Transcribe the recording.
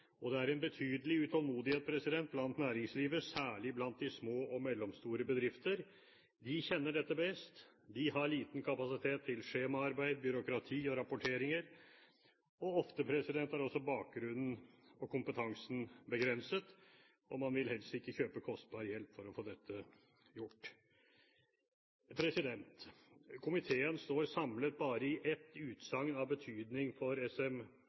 forenkling. Det er en betydelig utålmodighet i næringslivet, særlig blant de små og mellomstore bedriftene. De kjenner dette best. De har liten kapasitet til skjemaarbeid, byråkrati og rapporteringer. Ofte er også bakgrunnen og kompetansen begrenset, og man vil helst ikke kjøpe kostbar hjelp for å få dette gjort. Komiteen står samlet bare i ett utsagn av betydning for